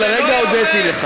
לא ייאמן שאתה מודה לדוד שמרון.